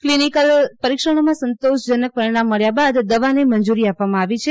clinical પરિક્ષણોમાં સંતોષજનક પરિણામ મળ્યા બાદ દવાને મંજૂરી આપવામાં આવી છે